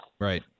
Right